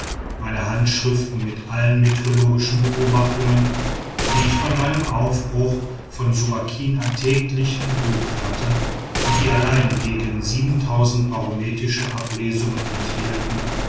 meine handschriften mit allen meteorologischen beobachtungen die ich von meinem aufbruch von suakin an täglich gebucht hatte und die allein gegen barometrische ablesungen enthielten